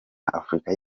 afurika